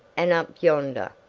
and up yonder,